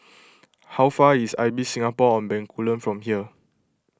how far is Ibis Singapore on Bencoolen from here